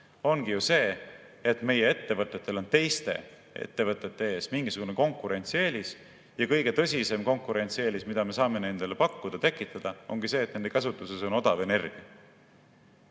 ongi ju see, et meie ettevõtetel on teiste ettevõtete ees mingisugune konkurentsieelis. Kõige tõsisem konkurentsieelis, mida me saame nendele tekitada, ongi see, et nende käsutuses on odav energia.